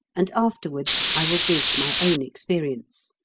and afterwards i will give my own experience.